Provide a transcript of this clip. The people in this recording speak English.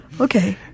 Okay